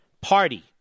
party